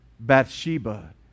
Bathsheba